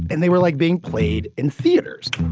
and they were, like, being played in theaters.